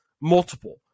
multiple